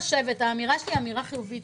האמירה שלי היא אמירה חיובית.